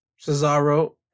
Cesaro